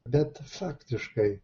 bet faktiškai